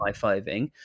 high-fiving